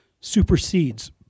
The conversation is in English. supersedes